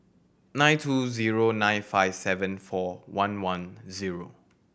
nine two zero nine five seven four one one zero